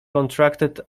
contracted